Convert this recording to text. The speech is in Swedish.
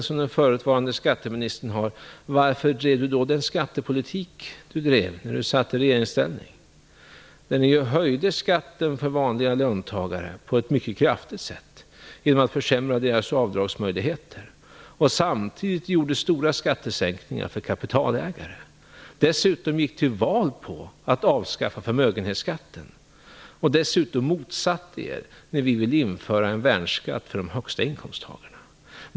Om den förutvarande skatteministern har den insikten, frågar man sig varför han drev den skattepolitik som han drev när han satt i regeringsställning. Ni höjde skatten för vanliga löntagare mycket kraftigt genom att försämra deras avdragsmöjligheter. Samtidigt genomförde ni stora skattesänkningar för kapitalägare. Dessutom gick ni till val på att avskaffa förmögenhetsskatten. Dessutom motsatte ni er när vi ville införa en värnskatt för dem med de högsta inkomsterna.